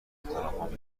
فراخوان